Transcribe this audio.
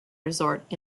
resort